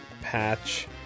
patch